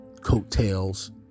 coattails